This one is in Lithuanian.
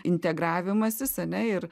integravimasis ane ir